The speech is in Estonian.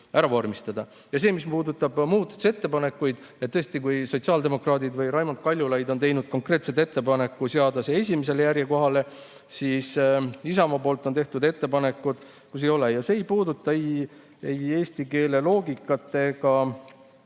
Ja mis puudutab muudatusettepanekuid, siis tõesti, kui sotsiaaldemokraadid ja Raimond Kaljulaid on teinud konkreetse ettepaneku seada miski esimesele järjekohale, siis Isamaa on teinud ettepaneku, kus ei ole. Ja see ei puuduta ei eesti keele loogikat ega